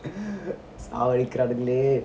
சாவடிக்கிறானுங்களே:savadikkirangkale